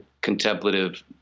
contemplative